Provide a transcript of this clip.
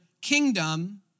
kingdom